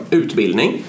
utbildning